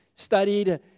studied